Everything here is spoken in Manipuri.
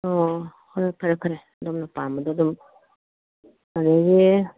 ꯑꯣ ꯍꯣꯏ ꯐꯔꯦ ꯐꯔꯦ ꯑꯗꯣꯝꯅ ꯄꯥꯝꯕꯗꯣ ꯑꯗꯨꯝ ꯑꯗꯒꯤ